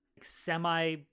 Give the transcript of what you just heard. semi